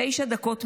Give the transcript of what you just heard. תשע דקות תמימות,